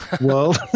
world